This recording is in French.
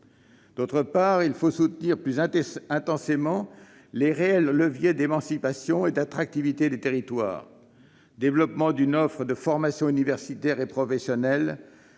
D'autre part, il faut soutenir plus intensément les réels leviers d'émancipation et d'attractivité des territoires que sont le développement d'une offre de formation universitaire et professionnelle